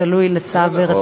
זה תלוי ברצונכם.